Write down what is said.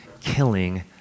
killing